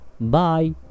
Bye